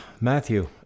Matthew